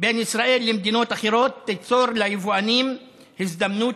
בין ישראל למדינות אחרות תיצור ליבואנים הזדמנות